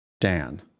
Dan